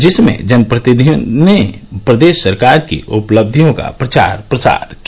जिसमें जन प्रतिनिधियों ने प्रदेश सरकार की उपलब्धियों का प्रचार प्रसार किया